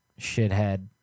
shithead